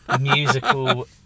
musical